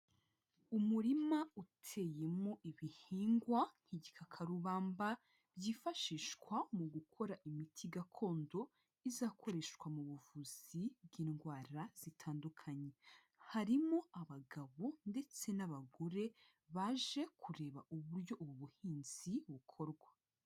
Umurima uteyemo ibihingwa nk'igikakarubamba byifashishwa mu gukora imiti gakondo izakoreshwa mu buvuzi bw'indwara zitandukanye, harimo abagabo ndetse n'abagore baje kureba uburyo ubu buhinzi bukorwa.